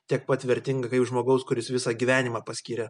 tiek pat vertinga kaip žmogaus kuris visą gyvenimą paskyrė